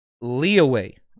leeway